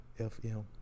fm